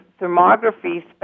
thermography